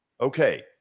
Okay